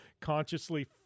consciously